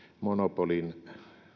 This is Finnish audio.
monopolin